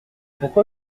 pourquoi